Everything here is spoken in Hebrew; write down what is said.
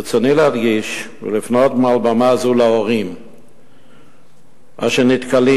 ברצוני להדגיש ולפנות מעל במה זו להורים אשר נתקלים